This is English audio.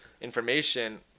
information